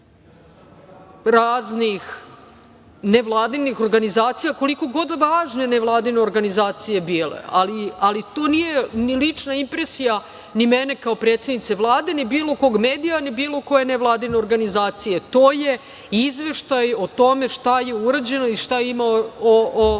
raznih nevladinih organizacija, koliko god važne nevladine organizacije bile. Ali, to nije ni lična impresija, ni mene kao predsednice Vlade, ni bilo kog medija, ni bilo koje nevladine organizacije, to je izveštaj o tome šta je urađeno i šta imamo